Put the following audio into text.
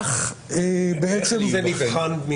היכן זה נבחן?